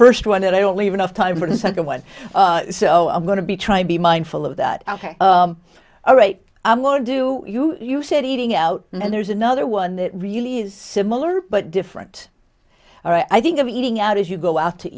first one that i don't leave enough time for the second one so i'm going to be trying to be mindful of that all right i'm going to do you you said eating out and then there's another one that really is similar but different i think of eating out as you go out to